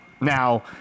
Now